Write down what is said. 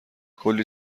کلی